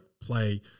play